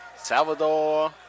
Salvador